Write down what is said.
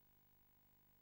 פשוט.